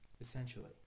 essentially